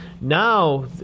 Now